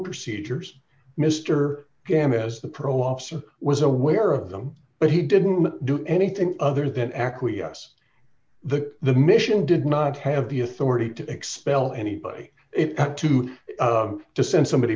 procedures mr gammas the parole officer was aware of them but he didn't do anything other than acquiesce the the mission did not have the authority to expel anybody it had to to send somebody